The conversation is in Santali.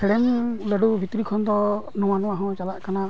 ᱦᱮᱲᱮᱢ ᱞᱟᱹᱰᱩ ᱵᱷᱤᱛᱨᱤ ᱠᱷᱚᱱᱫᱚ ᱱᱚᱣᱟ ᱱᱚᱣᱟᱦᱚᱸ ᱪᱟᱞᱟᱜ ᱠᱟᱱᱟ